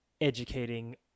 educating